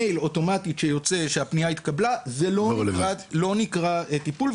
מייל שיוצא אוטומטית ואומר שהפנייה התקבלה זה לא נקרא טיפול,